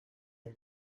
این